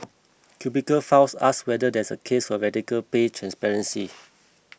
Cubicle Files ask whether there's a case for radical pay transparency